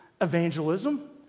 evangelism